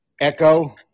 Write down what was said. Echo